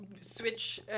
switch